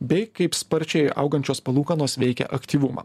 bei kaip sparčiai augančios palūkanos veikia aktyvumą